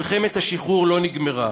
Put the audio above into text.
מלחמת השחרור לא נגמרה,